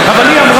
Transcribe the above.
אבל היא אמרה.